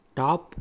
top